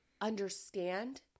understand